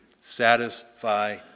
satisfy